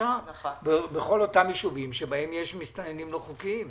קשה בכל אותם בהם יש מסתננים לא חוקיים?